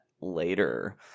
later